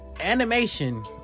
Animation